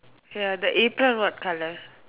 ya the apron what colour